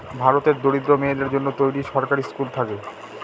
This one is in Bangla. ভারতের দরিদ্র মেয়েদের জন্য তৈরী সরকারি স্কুল থাকে